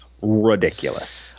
ridiculous